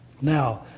Now